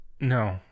No